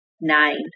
nine